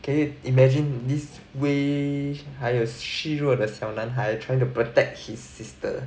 can you imagine this way 还有虚弱的小男孩 trying to protect his sister